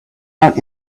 out